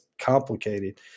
complicated